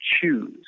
choose